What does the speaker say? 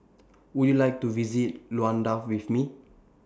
Would YOU like to visit Luanda with Me